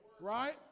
Right